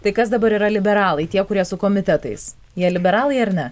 tai kas dabar yra liberalai tie kurie su komitetais jie liberalai ar ne